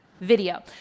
video